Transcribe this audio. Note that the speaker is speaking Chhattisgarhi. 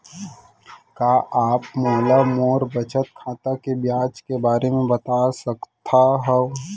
का आप मोला मोर बचत खाता के ब्याज के बारे म बता सकता हव?